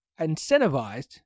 incentivized